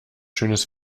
schönes